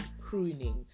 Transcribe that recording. pruning